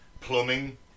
plumbing